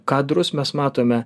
kadrus mes matome